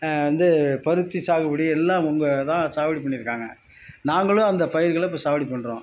வந்து பருத்தி சாகுபடி எல்லாம் அவங்க தான் சாவடி பண்ணியிருக்காங்க நாங்களும் அந்த பயிர்களை இப்போ சாவடி பண்ணுறோம்